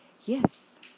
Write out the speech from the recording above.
Yes